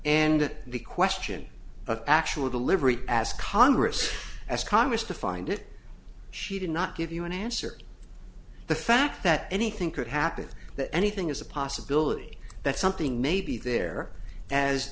and the question of actual delivery as congress has congress to find it she did not give you an answer the fact that anything could happen that anything is a possibility that something may be there as